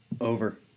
Over